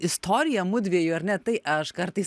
istoriją mudviejų ar ne tai aš kartais